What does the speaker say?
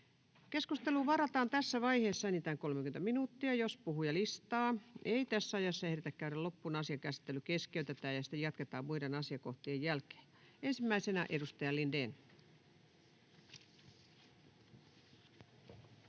Keskusteluun varataan tässä vaiheessa enintään 30 minuuttia. Jos puhujalistaa ei tässä ajassa ehditä käydä loppuun, asian käsittely keskeytetään ja sitä jatketaan muiden asiakohtien jälkeen. — Ensimmäisenä edustaja Lindén. Arvoisa